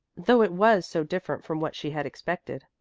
though it was so different from what she had expected.